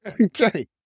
Okay